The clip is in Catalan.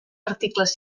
articles